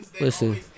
Listen